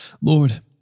Lord